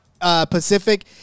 Pacific